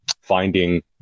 finding